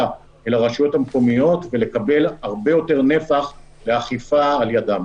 אל הרשויות המקומיות ולקבל הרבה יותר נפח לאכיפה על ידם.